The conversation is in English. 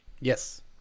Yes